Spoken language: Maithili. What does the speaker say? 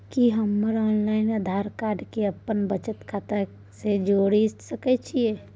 कि हम ऑनलाइन आधार कार्ड के अपन बचत खाता से जोरि सकै छी?